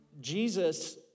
Jesus